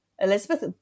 Elizabeth